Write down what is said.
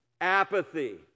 Apathy